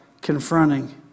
confronting